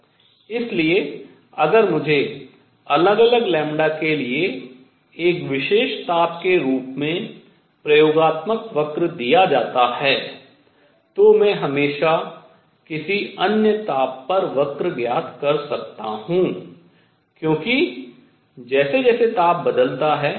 इसलिए अगर मुझे अलग अलग λ के लिए एक विशेष ताप के रूप में प्रयोगात्मक वक्र दिया जाता है तो मैं हमेशा किसी अन्य ताप पर वक्र ज्ञात कर सकता हूँ क्योंकि जैसे जैसे ताप बदलता है